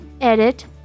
edit